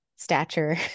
stature